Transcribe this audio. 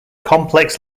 complex